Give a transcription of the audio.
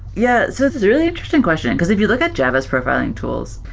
yeah. so this is a really interesting question, because if you look at java's profiling tools,